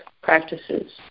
practices